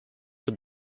have